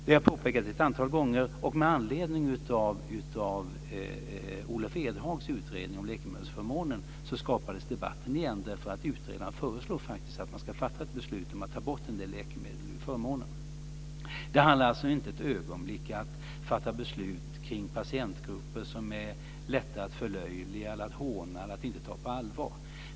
Vi har påpekat det ett antal gånger, och med anledning av Olof Edhags utredning om läkemedelsförmånen skapades debatten igen därför att utredaren föreslår faktiskt att man ska fatta ett beslut om att ta bort en del läkemedel ur förmånen. Det handlar alltså inte ett ögonblick om att fatta beslut om patientgrupper som är lätta att förlöjliga, att håna eller att inte ta på allvar.